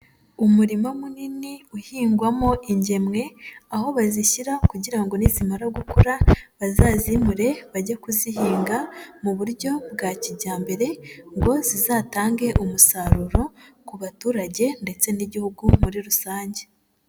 Umurima munini uhingwamo ingemwe, aho bazishyira kugira ngo nizimara gukura bazazimure bajye kuzihinga mu buryo bwa kijyambere ngo zizatange umusaruro ku baturage ndetse n'Igihugu muri rusange.